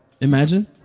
Imagine